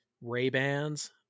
Ray-Bans